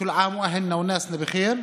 וכל שנה ומשפחותינו ואנשינו בטוב.